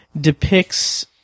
depicts